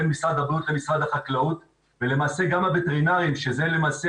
בין משרד הבריאות למשרד החקלאות ולמעשה גם הווטרינרים שזה למעשה